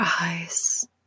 eyes